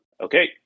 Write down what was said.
Okay